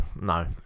no